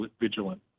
vigilant